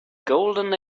golden